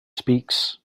speaks